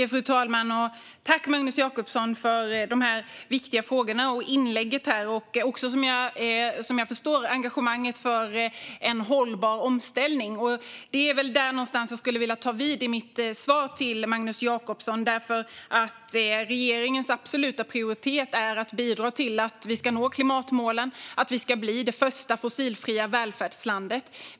Fru talman! Tack, Magnus Jacobsson, för de viktiga frågorna, för inlägget och för, som jag förstår det, engagemanget för en hållbar omställning! Det är väl där någonstans jag skulle vilja ta vid i mitt svar till Magnus Jacobsson. Regeringens absoluta prioritet är nämligen att vi ska bidra till att nå klimatmålen och att Sverige ska bli det första fossilfria välfärdslandet.